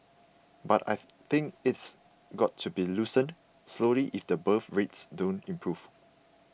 but I think it's got to be loosened slowly if the birth rates don't improve